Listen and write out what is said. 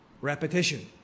Repetition